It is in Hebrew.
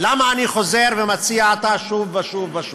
ולמה אני חוזר ומציע אותה שוב ושוב ושוב?